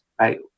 right